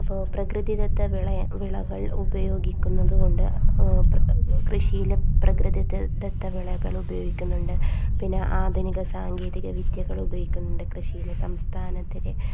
അപ്പോൾ പ്രകൃതിദത്ത വിള വിളകൾ ഉപയോഗിക്കുന്നതുകൊണ്ട് പ്ര കൃഷിയിലെ കൃഷിയിലെ പ്രകൃതിദത്ത വിളകൾ ഉപയോഗിക്കുന്നുണ്ട് പിന്നെ ആധുനിക സാങ്കേതിക വിദ്യകൾ ഉപയോഗിക്കുന്നുണ്ട് കൃഷിയിൽ സംസ്ഥാനത്തിലെ